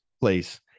place